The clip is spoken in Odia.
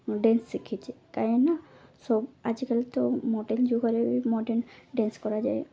ଡେନ୍ସ ଶିଖିଚେ କାହିଁକିନା ସବ ଆଜିକାଲି ତ ମର୍ଡ଼ନ୍ ଯୁଗରେ ବି ମର୍ଡ଼ନ୍ ଡେନ୍ସ କରାଯାଏ